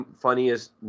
funniest